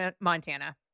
Montana